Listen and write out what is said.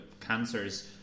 cancers